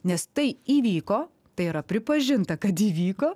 nes tai įvyko tai yra pripažinta kad įvyko